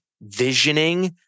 visioning